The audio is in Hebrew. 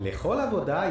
למה באמצעות ילדים?